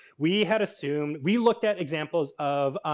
we had assumed, we looked at examples of.